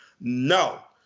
No